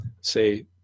say